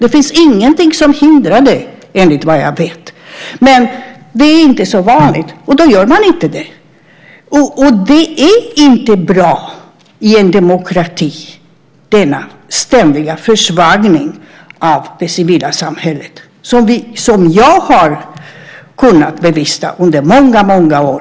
Det finns ingenting som hindrar det, enligt vad jag vet. Men det är inte så vanligt, och då gör man inte det. Det är inte bra i en demokrati med denna ständiga försvagning av det civila samhället som jag har kunnat bevittna under många år.